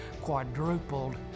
quadrupled